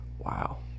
Wow